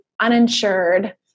uninsured